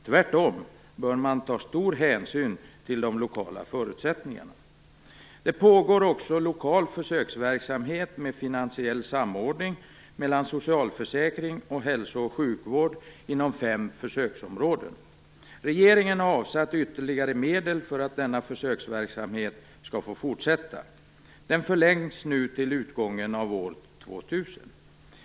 Tvärtom bör man ta stor hänsyn till de lokala förutsättningarna. Det pågår också lokal försöksverksamhet med finansiell samordning mellan socialförsäkring och hälso och sjukvård inom fem försöksområden. Regeringen har avsatt ytterligare medel för att denna försöksverksamhet skall få fortsätta. Den förlängs nu till utgången av år 2000.